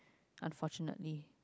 unfortunately